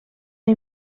una